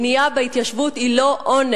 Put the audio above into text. בנייה בהתיישבות היא לא עונש.